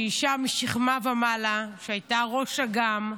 שהיא אישה משכמה ומעלה והייתה ראש אג"מ,